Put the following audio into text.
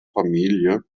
familie